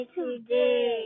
today